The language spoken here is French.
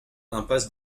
impasse